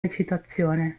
recitazione